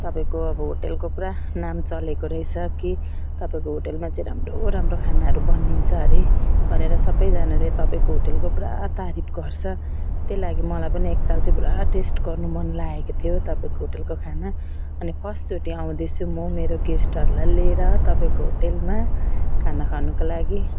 तपाईँको अब होटेलको पुरा नाम चलेको रहेछ कि तपाईँको होटेलमा चाहिँ राम्रो राम्रो खानाहरू बनिन्छ अरे भनेर सबैजनाले तपाईँको होटेलको पुरा तारिफ गर्छ त्यही लागि मलाई पनि एक ताल चाहिँ पुरा टेस्ट गर्नु मन लागेको थियो तपाईँको होटेलको खाना अनि फर्स्ट चोटि आउँदैछु म मेरो गेस्टहरूलाई लिएर तपाईँको होटेलमा खाना खानुको लागि